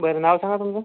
बरं नाव सांगा तुमचं